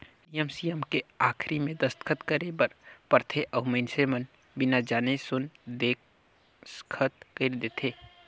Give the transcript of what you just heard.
नियम सियम के आखरी मे दस्खत करे बर परथे अउ मइनसे मन बिना जाने सुन देसखत कइर देंथे